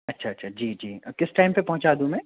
अच्छा अच्छा जी जी किस टाइम पर पहुँचा दूँ मैं